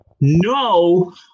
No